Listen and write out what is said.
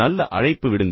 நல்ல அழைப்பு விடுங்கள்